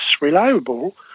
reliable